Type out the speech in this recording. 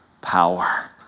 power